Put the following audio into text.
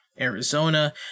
Arizona